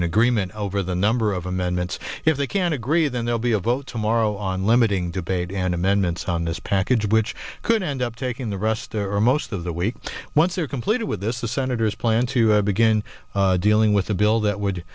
an agreement over the number of amendments if they can agree then they'll be a vote tomorrow on limiting debate and amendments on this package which could end up taking the rest or most of the week once they're completed with this the senator's plan to begin dealing with a bill that would